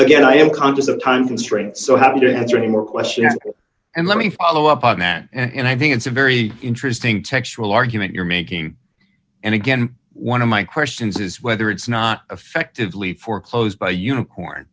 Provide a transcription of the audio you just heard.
again i am conscious of time constraints so how do you answer any more questions and let me follow up on that and i think it's a very interesting textual argument you're making and again one of my questions is whether it's not affectively for closed by a unicorn